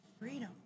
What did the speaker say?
freedom